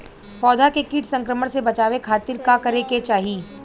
पौधा के कीट संक्रमण से बचावे खातिर का करे के चाहीं?